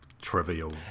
trivial